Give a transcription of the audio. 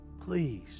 Please